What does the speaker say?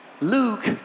Luke